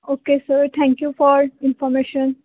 okay sir thank you for information